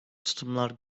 tutumlar